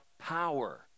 power